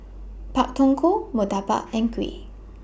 Pak Thong Ko Murtabak and Kuih